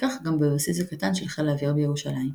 וכך גם בבסיס הקטן של חיל האוויר בירושלים.